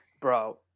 Bro